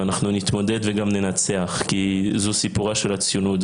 ואנחנו נתמודד וגם ננצח כי זו סיפורה של הציונות.